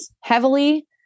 heavily